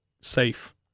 safe